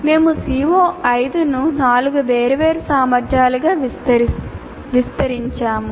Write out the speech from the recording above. మేము CO5 ను నాలుగు వేర్వేరు సామర్థ్యాలుగా విస్తరించాము